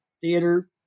theater